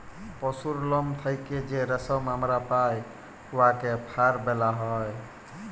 পশুর লম থ্যাইকে যে রেশম আমরা পাই উয়াকে ফার ব্যলা হ্যয়